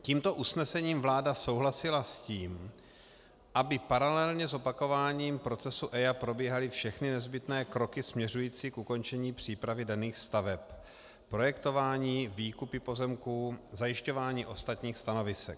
Tímto usnesením vláda souhlasila s tím, aby paralelně s opakováním procesu EIA probíhaly všechny nezbytné kroky směřující k ukončení přípravy daných staveb projektování, výkupy pozemků, zajišťování ostatních stanovisek.